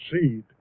seed